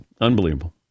Unbelievable